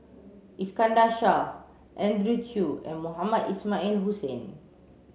Iskandar Shah Andrew Chew and Mohamed Ismail Hussain